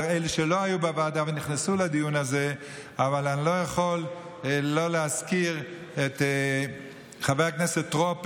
ורק כך הצלחנו להגיע עד הלום ולהעביר את הצעת החוק בוועדה פה